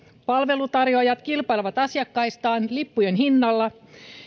palveluntarjoajat kilpailevat asiakkaistaan lippujen hinnalla